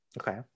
Okay